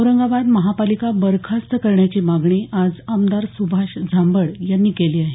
औरंगाबाद महापालिका बरखास्त करण्याची मागणी आज आमदार सुभाष झांबड यांनी केली आहे